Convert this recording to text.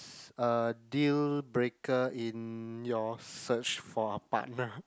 a dealbreaker in your search for a partner